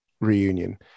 reunion